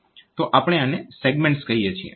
તો આપણે આને સેગમેન્ટ્સ કહીએ છીએ